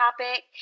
topic